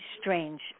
strange